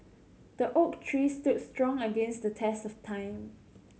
the oak tree stood strong against the test of time